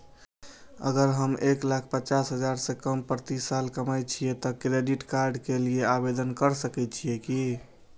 अगर हम एक लाख पचास हजार से कम प्रति साल कमाय छियै त क्रेडिट कार्ड के लिये आवेदन कर सकलियै की?